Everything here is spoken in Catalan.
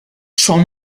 són